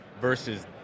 versus